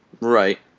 right